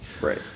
Right